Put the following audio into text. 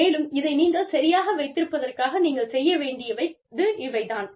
மேலும் இதை நீங்கள் சரியாக வைத்திருப்பதற்காக நீங்கள் செய்ய வேண்டியது இவை தான்